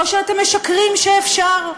או שאתם משקרים שאפשר,